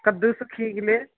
कद्दू सुखी गेलै